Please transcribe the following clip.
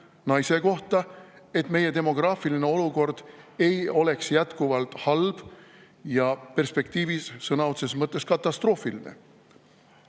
naise kohta, et meie demograafiline olukord ei oleks jätkuvalt halb ja perspektiivis sõna otseses mõttes katastroofiline.